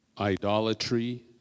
idolatry